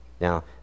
Now